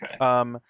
okay